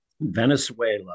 Venezuela